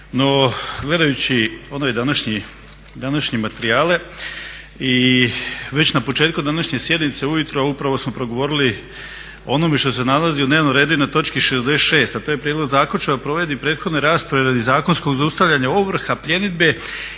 No, gledajući one današnje materijale i već na početku današnje sjednice ujutro upravo smo progovorili o onome što se nalazi u dnevnom redu i na točki 66., a to je prijedlog zaključka o provedbi prethodne rasprave radi zakonskog zaustavljanja ovrha, pljenidbe